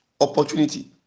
opportunity